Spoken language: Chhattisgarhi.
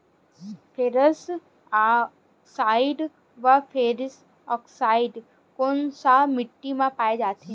फेरस आकसाईड व फेरिक आकसाईड कोन सा माटी म पाय जाथे?